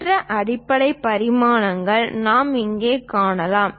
மற்ற அடிப்படை பரிமாணங்கள் நாம் இங்கே காணலாம்